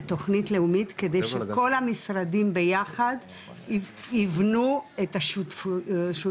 תכנית לאומית כדי שכל המשרדים ביחד יבנו את השותפויות.